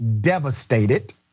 devastated